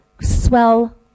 swell